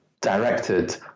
directed